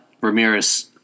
Ramirez –